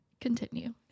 Continue